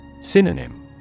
Synonym